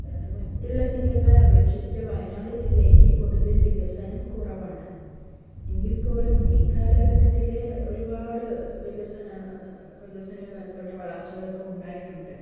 മറ്റുള്ള ജില്ലകളെ അപേക്ഷിച്ച് വയനാട് ജില്ലക്ക് പൊതുവെ വികസനം കുറവാണ് എങ്കിൽ പോലും ഇക്കാലഘട്ടത്തിലെ ഒരുപാട് വികസന വികസനവുമായി ബന്ധപ്പെട്ട് വളർച്ചകളൊക്കെ ഉണ്ടായിട്ടുണ്ട്